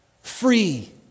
free